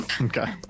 Okay